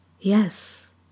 Yes